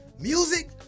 Music